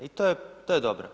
I to je dobro.